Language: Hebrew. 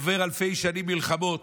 עובר אלפי שנים מלחמות.